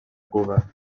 cuba